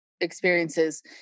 experiences